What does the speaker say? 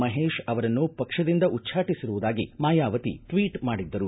ಮಹೇಶ್ ಅವರನ್ನು ಪಕ್ಷದಿಂದ ಉಚ್ಪಾಟಿಸಿರುವುದಾಗಿ ಮಾಯಾವತಿ ಟ್ವೀಟ್ ಮಾಡಿದ್ದರು